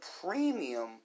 premium